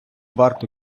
варто